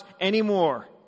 anymore